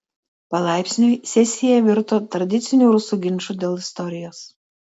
palaipsniui sesija virto tradiciniu rusų ginču dėl istorijos